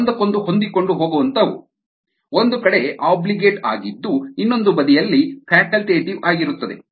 ಒಂದಕ್ಕೊಂದು ಹೊಂದಿಕೊಂಡು ಹೋಗುವಂಥವು ಒಂದು ಕಡೆ ಆಬ್ಲಿಗೇಟ್ ಆಗಿದ್ದು ಇನ್ನೊಂದು ಬದಿಯಲ್ಲಿ ಫ್ಯಾಕಲ್ಟೇಟಿವ್ ಆಗಿರುತ್ತದೆ